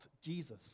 Jesus